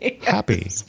happy